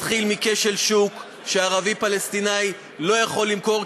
זה מתחיל מכשל שוק שערבי-פלסטיני לא יכול למכור,